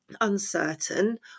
uncertain